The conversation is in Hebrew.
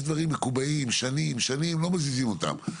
יש דברים מקובעים שנים-שנים ולא מזיזים אותם.